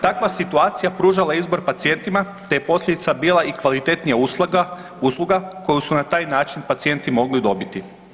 Takva situacija pružala je izbor pacijentima te je posljedica bila i kvalitetnija usluga koju su na taj način pacijenti mogli dobiti.